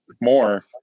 more